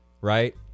right